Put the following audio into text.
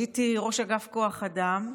הייתי ראש כוח אדם,